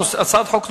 הצעת חוק נוספת,